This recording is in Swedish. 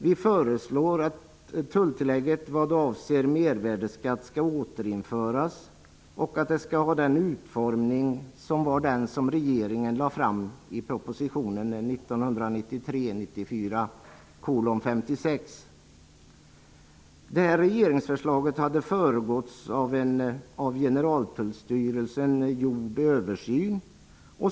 Vi föreslår att tulltillägg vad avser mervärdesskatt skall återinföras och att utformningen skall vara den som regeringen lade fram i proposition 1993/94:56. Generaltullstyrelsen gjord översyn.